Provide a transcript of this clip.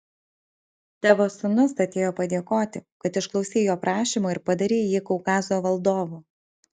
tavo sūnus atėjo padėkoti kad išklausei jo prašymo ir padarei jį kaukazo valdovu